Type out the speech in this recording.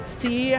see